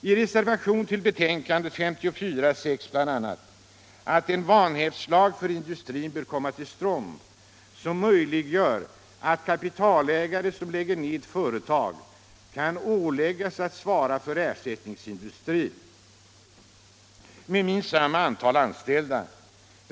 I reservationen 8 till betänkandet nr 54 sägs bl.a. ”att en ”vanhävdslag” för industrin bör komma till stånd, som möjliggör att kapitalägare som lägger ned företag kan åläggas att svara för ersättningsföretag med minst samma antal anställda.